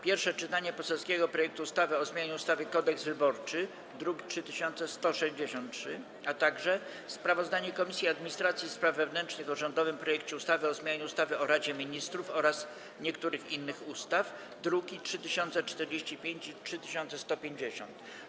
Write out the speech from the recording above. Pierwsze czytanie poselskiego projektu ustawy o zmianie ustawy Kodeks wyborczy, druk nr 3163, - Sprawozdanie Komisji Administracji i Spraw Wewnętrznych o rządowym projekcie ustawy o zmianie ustawy o Radzie Ministrów oraz niektórych innych ustaw, druki nr 3045 i 3150.